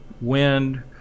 wind